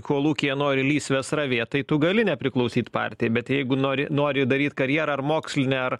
kolūkyje nori lysves ravėt tai tu gali nepriklausyt partijai bet jeigu nori nori daryt karjerą ar mokslinę ar